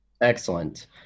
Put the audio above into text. excellent